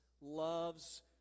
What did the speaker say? loves